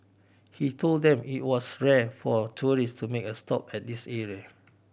he told them it was rare for tourists to make a stop at this area